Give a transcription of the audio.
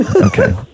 Okay